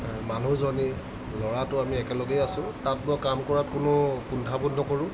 মানুহজনী ল'ৰাটো আমি একেলগেই আছোঁ তাত মই কাম কৰাত কোনো কুণ্ঠাবোধ নকৰোঁ